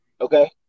Okay